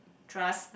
trust